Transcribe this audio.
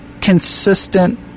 consistent